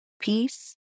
peace